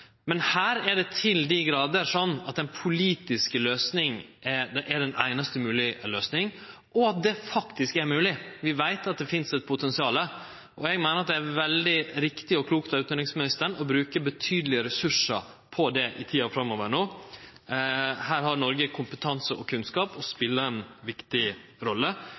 men her er det til dei grader slik at den politiske løysinga er den einaste moglege løysinga, og at det faktisk er mogleg. Vi veit at det finst eit potensial, og eg meiner at det er veldig riktig og klokt av utanriksministeren å bruke betydelege ressursar på det i tida framover. Her har Noreg kompetanse og kunnskap til å spele ei viktig rolle,